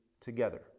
together